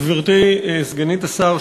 גברתי סגנית השר,